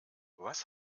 was